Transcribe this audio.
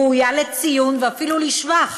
ראויה לציון ואפילו לשבח